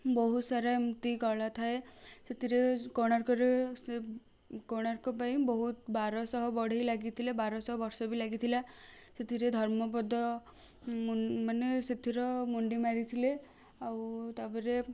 ବହୁତ ସାରା ଏମତି କଳା ଥାଏ ସେଥିରେ କୋଣାର୍କରେ ସେ କୋଣାର୍କ ପାଇଁ ବହୁତ ବାରଶହ ବଢ଼େଇ ଲାଗିଥିଲେ ବାରଶହ ବର୍ଷ ବି ଲାଗିଥିଲା ସେଥିରେ ଧର୍ମପଦ ମାନେ ସେଥିର ମୁଣ୍ଡି ମାରିଥିଲେ ଆଉ ତା'ପରେ